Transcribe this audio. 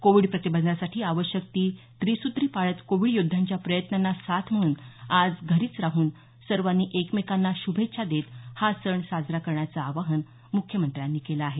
Covid प्रतिबंधासाठी आवश्यक ती त्रिसूत्री पाळत कोविड योद्ध्यांच्या प्रयत्नांना साथ म्हणून आज घरीच राहून सर्वांनी एकमेकांना श्भेच्छा देत हा सण साजरा करण्याचं आवाहन मुख्यमंत्र्यांनी केल आहे